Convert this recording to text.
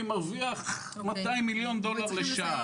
אני מרוויח מאתיים מיליון דולר לשעה -- אנחנו צריכים לסיים.